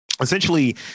essentially